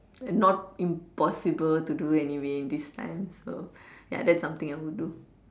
not impossible to do anyway in this time so ya that's something I would do